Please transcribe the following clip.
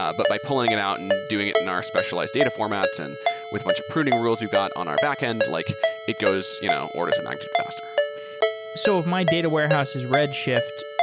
ah but by pulling it out and doing it in our specialized data formats and with much pruning rules we've got on our backend, like it goes you know orders of magnitude faster so if my data warehouse is red shift,